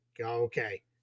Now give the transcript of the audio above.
okay